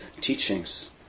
teachings